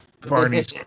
Barney's